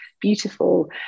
beautiful